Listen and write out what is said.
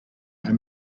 her